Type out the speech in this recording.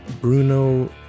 Bruno